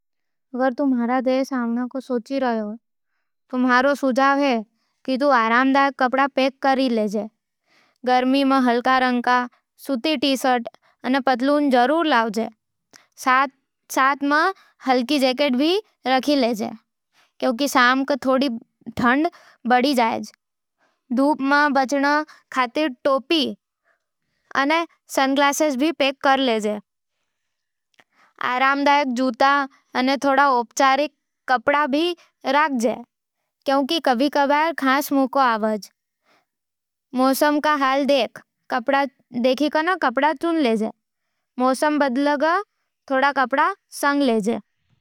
अगर तू म्हारे देस आवणे की सोच रयो है, तो म्हने सुझाव है कि तू आरामदायक कपड़ा पैक कर ले। गर्मी में हलके रंग, सूती टी-शर्ट, अने पतलून जरूर ले, साथ में हल्की जैकेट भी राख ले, क्योंकि शाम थोरी ठंडी हो सकै है। धूप में बचण खातर टोपी अने सनग्लास भी पैक कर। आरामदायक जूता अने थोड़ी औपचारिक कपड़ा भी राख, क्यूंकि कभी-कभार खास मौका आवै। मौसम का हाल देख, कपड़ा चुन ले। मौसम बदलतो, थोड़ो कपड़ा संग ले।